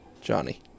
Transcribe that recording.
Johnny